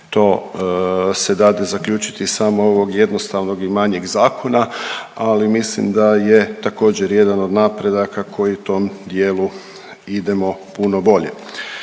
to se dade zaključiti samo ovog jednostavnog i manjeg zakona, ali mislim da je također, jedan od napredaka koji tom dijelu idemo puno bolje.